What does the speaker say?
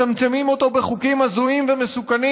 מצמצמים אותו בחוקים הזויים ומסוכנים